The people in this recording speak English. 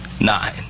Nine